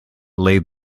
laid